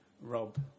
rob